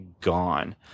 gone